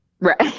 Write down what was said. Right